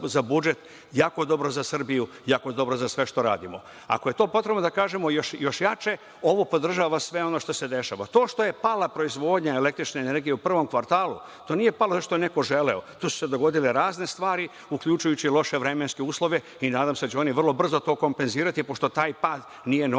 jako dobro za Srbiju, jako dobro za sve što radimo. Ako je to potrebno da kažemo još jače, ovo podržava sve ono što se dešava. To što je pala proizvodnja električne energije u prvom kvartalu, nije pala zato što je neko želeo, tu se dogodile razne stvari, uključujući loše vremenske uslove i nadam se da će oni vrlo brzo to kompenzirati, pošto taj pad nije normalan